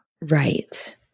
Right